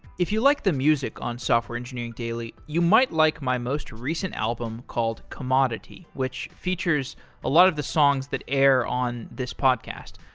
if you like the music on software engineering daily, you might like most recent album called commodity, which features a lot of the songs that air on this podcast.